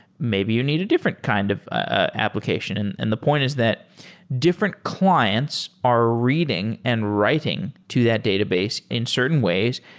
maybe you need a different kind of application, and and the point is that different clients are reading and writing to that database in certain ways,